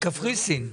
בקפריסין.